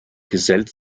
gesellt